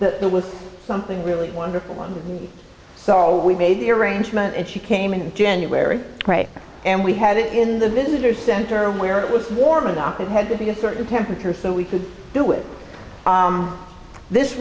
that there was something really wonderful on so we made the arrangement and she came in january and we had it in the visitor center where it was warm enough it had to be a certain temperature so we could do with this